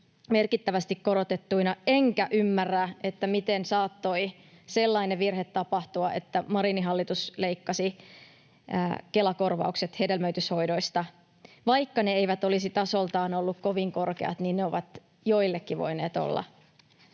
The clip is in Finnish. merkittävästi korotettuina, enkä ymmärrä, miten saattoi sellainen virhe tapahtua, että Marinin hallitus leikkasi Kela-korvaukset hedelmöityshoidoista. Vaikka ne eivät olisi tasoltaan olleet kovin korkeat, niin ne ovat joillekin voineet olla